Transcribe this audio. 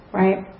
right